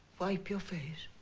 wipe your face.